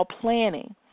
planning